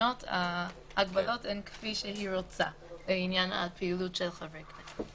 שבתקנות ההגבלות הן כפי שהיא רוצה בעניין הפעילות של חבר כנסת.